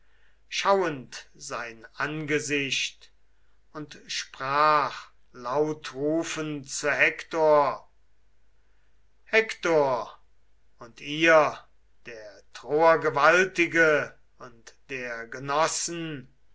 schauend sein angesicht und sprach lautrufend zu he hektor und ihr der troer gewaltige und der genossen